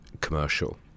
commercial